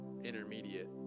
intermediate